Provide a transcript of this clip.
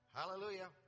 hallelujah